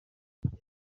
yagize